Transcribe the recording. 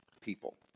people